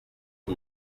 ngo